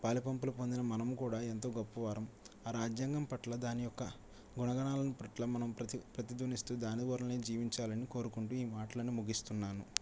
పాలెపంపులు పొందిన మనం కూడా ఎంతో గొప్పవారం ఆ రాజ్యాంగం పట్ల దాని యొక్క గుణగణాలను పట్ల మనం ప్రతి ప్రతిధ్వనిస్తూ దాని ఒరలో జీవించాలని కోరుకుంటూ ఈ మాటలను ముగిస్తున్నాను